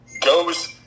goes